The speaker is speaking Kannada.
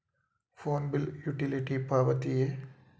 ಫೋನ್ ಬಿಲ್ ಯುಟಿಲಿಟಿ ಪಾವತಿಯೇ?